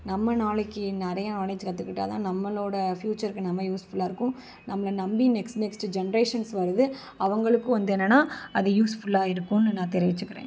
நம்ம நாளைக்கு நிறையா நாலேஜ் கத்துக்கிட்டால்தான் நம்மளோட ஃப்யூச்சருக்கு நம்ம யூஸ்ஃபுல்லாக இருக்கும் நம்மளை நம்பி நெக்ஸ்ட் நெக்ஸ்ட்டு ஜென்ரேஷன்ஸ் வருது அவங்களுக்கும் வந்து என்னன்னா அது யூஸ்ஃபுல்லாக இருக்குதுன்னு நான் தெரிவிச்சிக்கிறேன்